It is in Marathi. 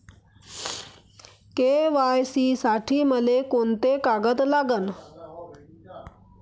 के.वाय.सी साठी मले कोंते कागद लागन?